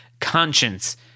conscience